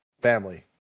Family